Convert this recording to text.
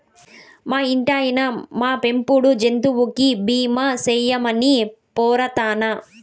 మా ఇంటాయినా, మా పెంపుడు జంతువులకి బీమా సేయమని పోరతన్నా